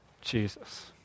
Jesus